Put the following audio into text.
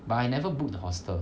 but I never book the hostel